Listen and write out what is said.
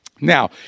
Now